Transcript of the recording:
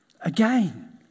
Again